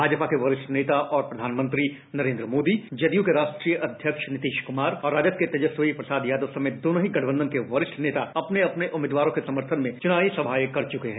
भाजपा के वरिष्ठ नेता और प्रधानमंत्री नरेन्द्र मोदी जदयू के राष्ट्रीय अध्यक्ष नीतीश कुमार और राजद के तेजस्वी प्रसाद यादव समेत दोनों ही गठबंधन के वरिष्ठ नेता अपने अपने उम्मीदवारों के समर्थन में चुनावी सभाएं कर चुके हैं